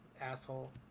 Asshole